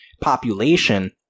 population